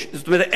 אין כיבוש,